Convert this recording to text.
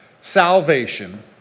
salvation